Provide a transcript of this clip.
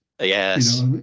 Yes